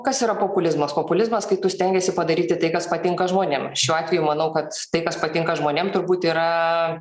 kas yra populizmas populizmas kai tu stengiesi padaryti tai kas patinka žmonėm šiuo atveju manau kad tai kas patinka žmonėm turbūt yra